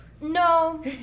No